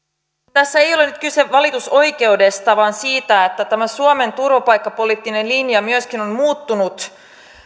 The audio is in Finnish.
tässä ei ole nyt kyse valitusoikeudesta vaan siitä että tämä suomen turvapaikkapoliittinen linja myöskin on muuttunut